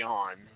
on